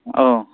औ